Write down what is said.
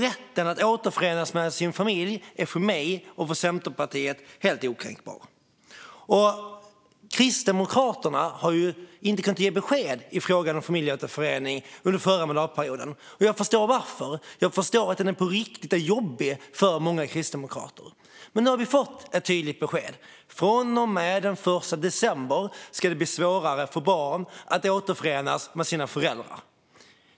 Rätten att återförenas med sin familj är för mig och för Centerpartiet helt okränkbar. Kristdemokraterna kunde inte ge besked i frågan om familjeåterförening under förra mandatperioden. Jag förstår varför. Jag förstår att den på riktigt är jobbig för många kristdemokrater. Men nu har vi fått ett tydligt besked: Från och med den 1 december ska det bli svårare för barn att återförenas med sina föräldrar.